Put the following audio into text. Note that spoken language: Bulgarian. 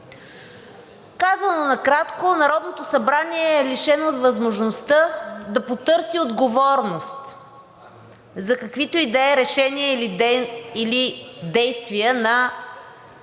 Казано накратко, Народното събрание е лишено от възможността да потърси отговорност за каквито и да е решения или действия на